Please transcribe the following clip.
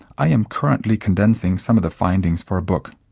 i am currently condensing some of the findings for a book.